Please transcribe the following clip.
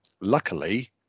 luckily